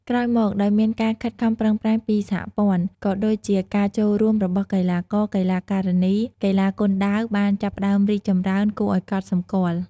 ក្រោយមក ដោយមានការខិតខំប្រឹងប្រែងពីសហព័ន្ធ ក៏ដូចជាការចូលរួមរបស់កីឡាករ-កីឡាការិនី កីឡាគុនដាវបានចាប់ផ្តើមរីកចម្រើនគួរឱ្យកត់សម្គាល់។